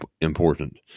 important